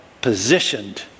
positioned